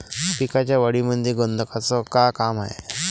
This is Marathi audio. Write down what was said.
पिकाच्या वाढीमंदी गंधकाचं का काम हाये?